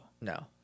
No